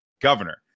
governor